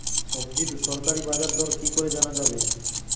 সবজির সরকারি বাজার দর কি করে জানা যাবে?